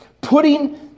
putting